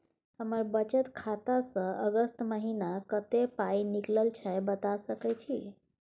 हमर बचत खाता स अगस्त महीना कत्ते पाई निकलल छै बता सके छि?